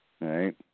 right